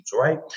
right